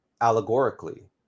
allegorically